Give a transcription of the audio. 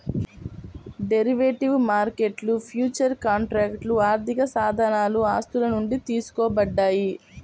derivative మార్కెట్లో futures కాంట్రాక్ట్లు ఆర్థికసాధనాలు ఆస్తుల నుండి తీసుకోబడ్డాయి